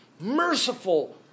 merciful